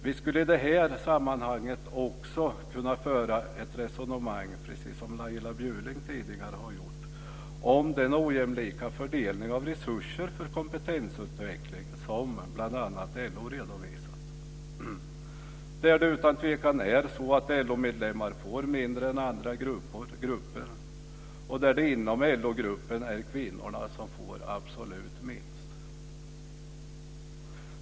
Vi skulle i det här sammanhanget också kunna föra ett resonemang, precis som Laila Bjurling tidigare gjorde, om den ojämlika fördelning av resurser för kompetensutveckling som bl.a. LO redovisat. Utan tvekan är det så att LO-medlemmar får mindre än andra grupper, och inom LO-gruppen är det kvinnorna som får absolut minst.